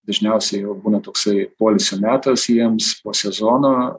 dažniausiai jau būna toksai poilsio metas jiems po sezono